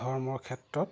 ধৰ্মৰ ক্ষেত্ৰত